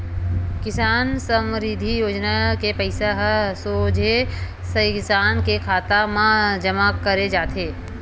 किसान समरिद्धि योजना के पइसा ह सोझे किसान के खाता म जमा करे जाथे